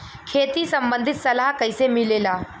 खेती संबंधित सलाह कैसे मिलेला?